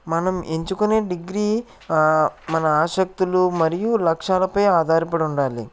మనం ఎంచుకునే డిగ్రీ మన ఆసక్తులు మరియు లక్ష్యాలపై ఆధారపడి ఉండాలి